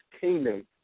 kingdom